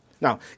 Now